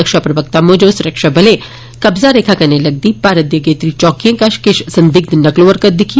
रक्षा प्रवक्ता म्जब स्रक्षाबलें कब्जा रेखा कन्नै लगदी भारत दी अगेत्री चौकी कश किश संदिग्ध नकलो हरकत दिक्खी